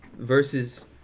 Versus